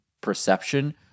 perception